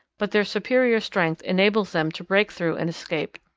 but their superior strength enables them to break through and escape.